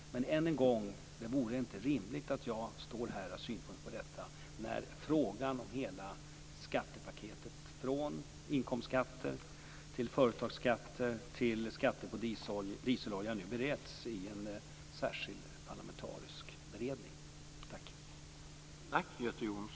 Men än en gång, det vore inte rimligt att jag står här och har synpunkter på detta när frågan om hela skattepaketet, från inkomstskatter till företagsskatter till skatt på dieselolja, nu bereds i en särskild parlamentarisk beredning. Tack!